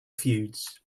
feuds